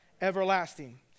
everlasting